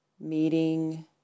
meeting